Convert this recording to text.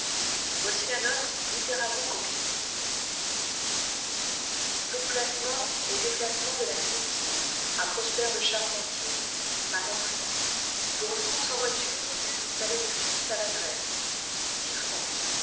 voici la note littéralement copiée pour placement et déplacement de la guillotine à prosper fr c le charpentier pour une course en voiture du palais-de-justice à la grève